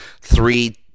three